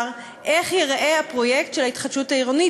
איך ייראה הפרויקט של ההתחדשות העירונית,